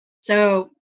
So-